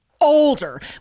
Older